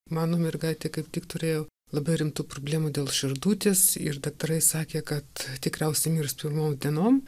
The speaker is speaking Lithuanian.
mano mergaitė kaip tik turėjo labai rimtų problemų dėl širdutės ir daktarai sakė kad tikriausiai mirs pirmom dienom